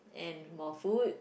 and more food